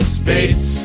space